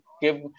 give